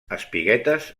espiguetes